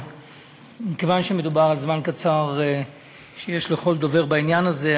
מכיוון שיש זמן קצר לכל דובר בעניין הזה,